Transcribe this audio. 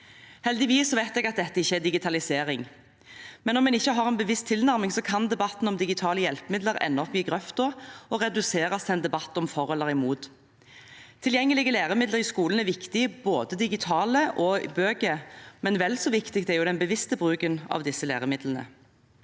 Heldigvis vet jeg at dette ikke er digitalisering, men om en ikke har en bevisst tilnærming, kan debatten om digitale hjelpemidler ende opp i grøfta og reduseres til en debatt om for eller imot. Tilgjengelige læremidler i skolen er viktig, både digitale og i form av bøker, men vel så viktig er den bevisste bruken av disse læremidlene.